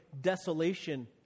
desolation